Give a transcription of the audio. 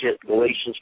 Galatians